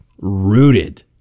rooted